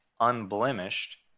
unblemished